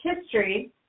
history